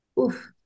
oof